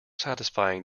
satisfying